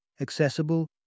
Accessible